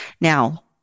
Now